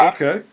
Okay